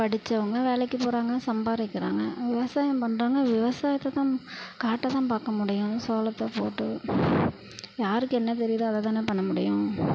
படிச்சவங்க வேலைக்கு போகிறாங்க சம்பாதிக்குறாங்க விவசாயம் பண்ணுறவங்க விவசாயத்தைதான் காட்டைதான் பார்க்க முடியும் சோளத்தை போட்டு யாருக்கு என்ன தெரியுதோ அதைதான பண்ண முடியும்